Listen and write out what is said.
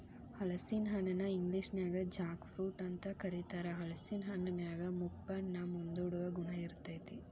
ಹಲಸಿನ ಹಣ್ಣನ ಇಂಗ್ಲೇಷನ್ಯಾಗ ಜಾಕ್ ಫ್ರೂಟ್ ಅಂತ ಕರೇತಾರ, ಹಲೇಸಿನ ಹಣ್ಣಿನ್ಯಾಗ ಮುಪ್ಪನ್ನ ಮುಂದೂಡುವ ಗುಣ ಇರ್ತೇತಿ